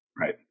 Right